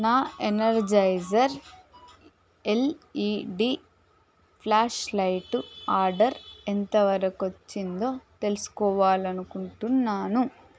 నా Energizer LED flashlight order ఎంతవరకొచ్చిందో తెలుసుకోవాలనుకుంటున్నాను